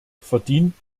verdient